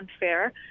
unfair